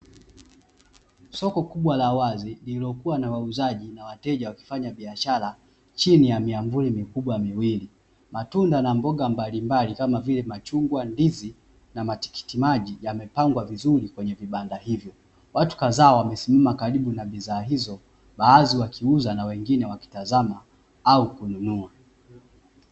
Soko kubwa la wazi lililokuwa na wauzaji na wateja wakifanya biashara chini ya miavuli mikubwa miwili, matunda na mboga mbalimbali kama: machungwa, ndizi na matikiti maji yamepangwa vizuri kwenye vibanda hivyo, watu kadhaa wamesimama karibu na bidhaa hizo baadhi wakiuza na wengine wakitazama au kununua.